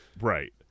right